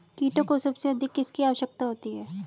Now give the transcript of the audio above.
कीटों को सबसे अधिक किसकी आवश्यकता होती है?